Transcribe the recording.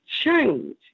change